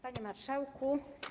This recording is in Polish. Panie Marszałku!